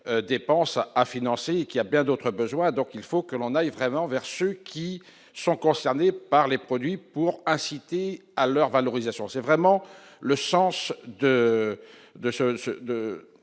dépenses à financer, qui a bien d'autres besoins, donc il faut que l'on aille vraiment vers ce qui sont concernés par les produits pour inciter à leur valorisation, c'est vraiment le sens de de